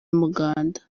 umuganda